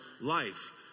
life